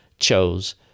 chose